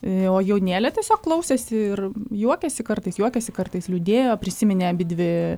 o jaunėlė tiesiog klausėsi ir juokėsi kartais juokėsi kartais liūdėjo prisiminė abidvi